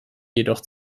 jedoch